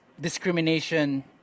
Discrimination